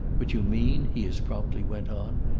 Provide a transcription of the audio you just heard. but you mean, he as promptly went on,